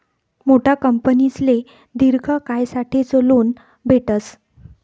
मोठा कंपनीसले दिर्घ कायसाठेच लोन भेटस